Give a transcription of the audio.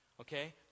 okay